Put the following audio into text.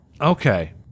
Okay